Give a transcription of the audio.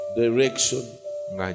direction